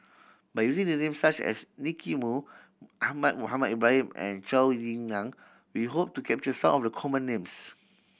by using name such as Nicky Moey Ahmad Mohamed Ibrahim and Zhou Ying Nan we hope to capture some of the common names